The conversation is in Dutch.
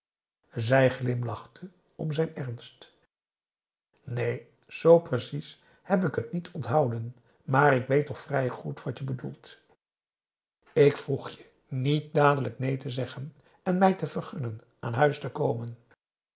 zij glimlachte om zijn ernst neen zoo precies heb ik het niet onthouden maar ik weet toch vrij goed wat je bedoelt ik vroeg je niet dadelijk neen te zeggen en mij te vergunnen aan huis te komen